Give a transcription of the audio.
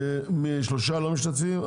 שלושה לא משתתפים.